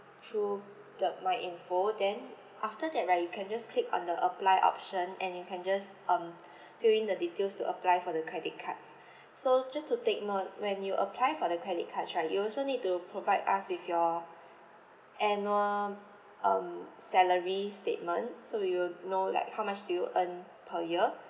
through the my info then after that right you can just click on the apply option and you can just um fill in the details to apply for the credit cards so just to take note when you apply for the credit cards right you also need to provide us with your annual um salary statement so we will know like how much do you earn per year